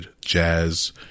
jazz